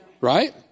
Right